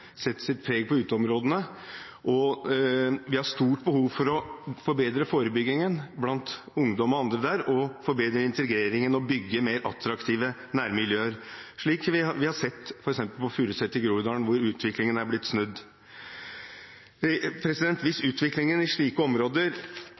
setter sitt preg på uteområdene. Vi har stort behov for å forbedre forebyggingen blant ungdom og andre der, forbedre integreringen og bygge mer attraktive nærmiljøer, slik vi har sett på f.eks. Furuset i Groruddalen, hvor utviklingen har blitt snudd. Hvis